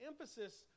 emphasis